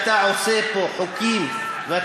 תשאל אותו מה החברים החדשים שלו עושים, כל פעם?